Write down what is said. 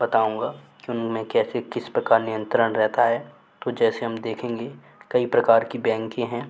बताऊँगा कि उनमें कैसे किस प्रकार नियंत्रण रहता है तो जैसे हम देखेंगे कई प्रकार के बैंक हैं